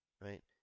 right